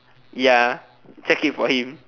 ya check it for him